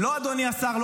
לא, אדוני השר.